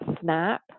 snap